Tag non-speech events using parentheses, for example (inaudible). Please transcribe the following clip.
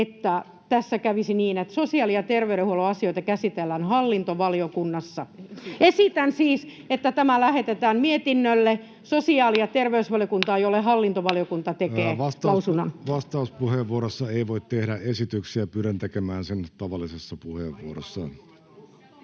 että tässä kävisi niin, että sosiaali- ja terveydenhuollon asioita käsitellään hallintovaliokunnassa. Esitän siis, että tämä lähetetään mietinnölle sosiaali- ja terveysvaliokuntaan, (noise) jolle hallintovaliokunta tekee lausunnon. Vastauspuheenvuorossa ei voi tehdä esityksiä. Pyydän tekemään sen tavallisessa puheenvuorossa.